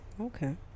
Okay